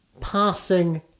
passing